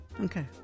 okay